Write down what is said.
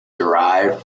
derived